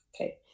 Okay